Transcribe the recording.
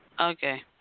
Okay